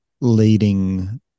leading